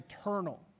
eternal